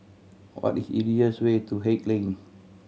what is the easiest way to Haig Lane